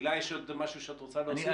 הילה, יש עוד משהו שאת רוצה להוסיף?